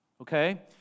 okay